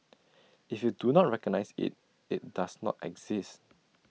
if you do not recognise IT it does not exist